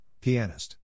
Pianist